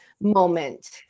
moment